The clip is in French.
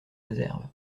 réserve